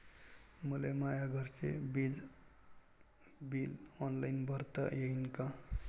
मले माया घरचे विज बिल ऑनलाईन भरता येईन का?